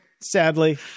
Sadly